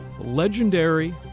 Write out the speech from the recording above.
Legendary